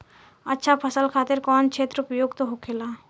अच्छा फसल खातिर कौन क्षेत्र उपयुक्त होखेला?